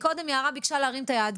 מקודם יערה ביקשה להרים את היד,